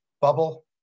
bubble